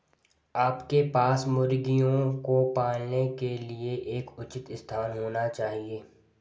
आपके पास मुर्गियों को पालने के लिए एक उचित स्थान होना चाहिए